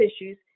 issues